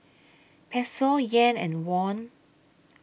Peso Yen and Won